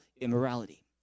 immorality